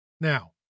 Now